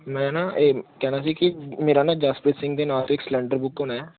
ਮੈਂ ਨਾ ਇਹ ਕਹਿਣਾ ਸੀ ਕਿ ਮੇਰਾ ਨਾ ਜਸਪ੍ਰੀਤ ਸਿੰਘ ਦੇ ਨਾਂ 'ਤੇ ਇੱਕ ਸਿਲੰਡਰ ਬੁੱਕ ਹੋਣਾ